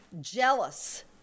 Jealous